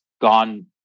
gone